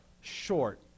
short